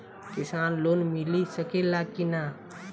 किसान लोन मिल सकेला कि न?